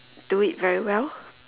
do it very well